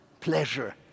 pleasure